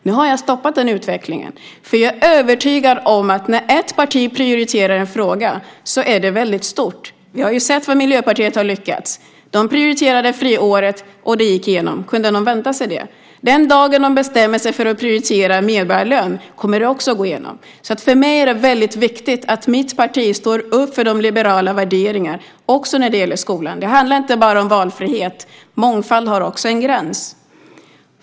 Nu har jag stoppat den utvecklingen, för jag är övertygad om att när ett parti prioriterar en fråga så är det stort. Vi har ju sett vad Miljöpartiet har lyckats med. De prioriterade friåret, och det gick igenom. Kunde någon vänta sig det? Den dagen de bestämmer sig för att prioritera medborgarlön kommer det också att gå igenom. För mig är det viktigt att mitt parti står upp för de liberala värderingarna också när det gäller skolan. Det handlar inte bara om valfrihet. Mångfald har också en gräns.